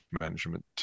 management